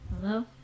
hello